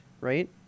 right